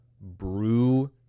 brew